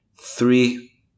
three